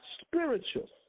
spiritual